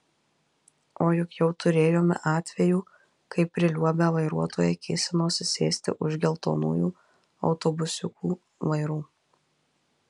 o juk jau turėjome atvejų kai priliuobę vairuotojai kėsinosi sėsti už geltonųjų autobusiukų vairų